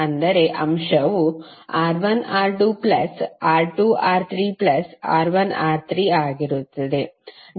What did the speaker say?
ಅಂದರೆ ಅಂಶವು R1R2R2R3R1R3 ಆಗಿರುತ್ತದೆ